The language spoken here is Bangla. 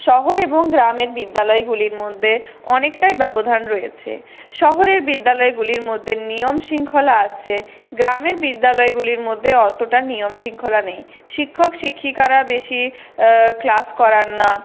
শহর এবং গ্রামের বিদ্যালয়গুলির মধ্যে অনেকটাই ব্যবধান রয়েছে শহরের বিদ্যালয়গুলির মধ্যে নিয়ম শৃ্ঙ্খলা আছে গ্রামের বিদ্যালয়গুলির মধ্যে অতটা নিয়ম শৃঙ্খলা নেই শিক্ষক শিক্ষিকারা বেশী ক্লাস করান না